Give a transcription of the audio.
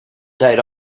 date